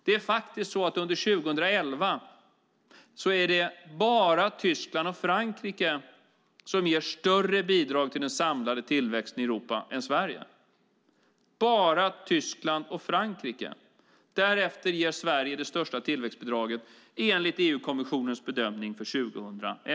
Det är faktiskt så att under 2011 är det bara Tyskland och Frankrike som ger större bidrag till den samlade tillväxten i Europa än Sverige - bara Tyskland och Frankrike. Därefter ger Sverige det största tillväxtbidraget, enligt EU-kommissionens bedömning för 2011.